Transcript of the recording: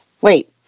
Wait